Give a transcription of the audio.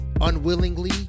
Unwillingly